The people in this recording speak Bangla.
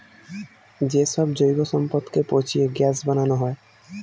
যে সব জৈব সম্পদকে পচিয়ে গ্যাস বানানো হয়